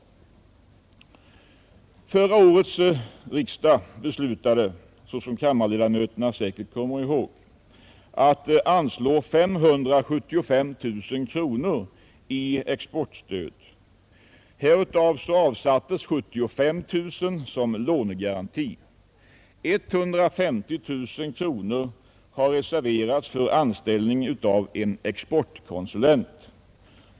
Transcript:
Förra årets riksdag beslutade, som kammarens ledamöter säkert kommer ihåg, att anslå 575 000 kronor i exportstöd. Härav avsattes 75 000 kronor som lånegaranti. 150 000 kronor har reserverats för anställning av en exportkonsulent.